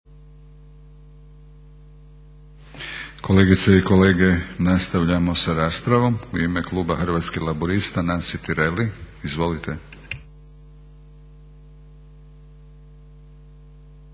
Kolegice i kolege, nastavljamo sa raspravom. U ime kluba Hrvatskih laburista Nansi Tireli. Izvolite.